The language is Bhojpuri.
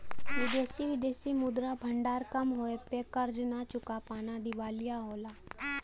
विदेशी विदेशी मुद्रा भंडार कम होये पे कर्ज न चुका पाना दिवालिया होला